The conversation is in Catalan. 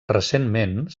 recentment